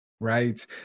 Right